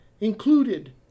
Included